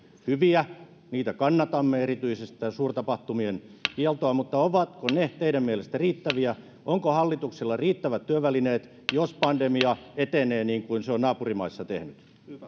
hyviä niitä kannatamme erityisesti tätä suurtapahtumien kieltoa teidän mielestänne riittäviä onko hallituksella riittävät työvälineet jos pandemia etenee niin kuin se on naapurimaissa tehnyt